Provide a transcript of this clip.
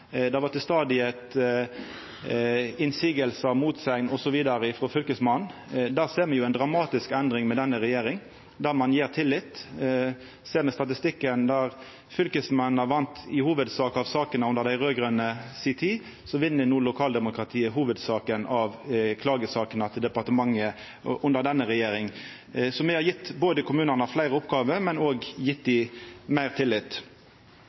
gjennom fylkesmennene. Det var stadig motsegner osv. frå Fylkesmannen. Der ser me ei dramatisk endring med denne regjeringa, som gjev tillit. Ser me på statistikken, vann i hovudsak fylkesmennene sakene i dei raud-grøne si tid, men no under denne regjeringa vinn lokaldemokratiet dei fleste klagesakene til departementet. Så me har gjeve kommunane både fleire oppgåver og meir tillit.